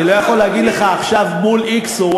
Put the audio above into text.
אני לא יכול להגיד לך עכשיו x מול y.